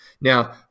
Now